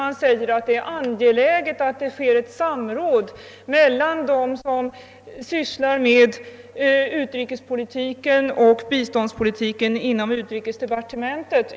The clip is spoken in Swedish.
Utskottet framhåller att det är angeläget att det sker ett samråd mellan dem som sysslar med utrikespolitiken och biståndspolitiken inom <utrikesdepartementet.